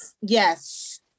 Yes